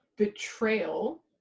betrayal